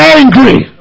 angry